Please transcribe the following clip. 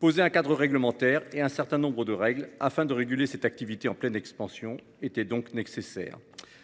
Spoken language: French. Instaurer un cadre réglementaire et fixer un certain nombre de règles pour réguler cette activité en pleine expansion était donc nécessaire.